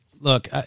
look